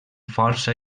força